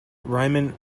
riemann